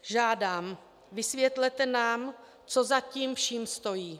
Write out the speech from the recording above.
Žádám: Vysvětlete nám, co za tím vším stojí.